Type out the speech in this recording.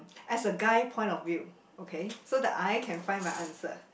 as a guy point of view okay so that I can find my answer